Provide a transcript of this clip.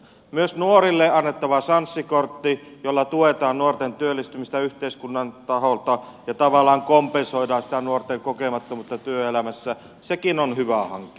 myös nuorille annettava sanssi kortti jolla tuetaan nuorten työllistymistä yhteiskunnan taholta ja tavallaan kompensoidaan sitä nuorten kokemattomuutta työelämässä sekin on hyvä hanke